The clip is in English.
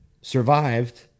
survived